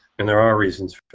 and there are reasons